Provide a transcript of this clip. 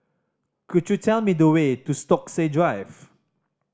could you tell me the way to Stokesay Drive